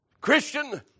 Christian